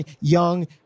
young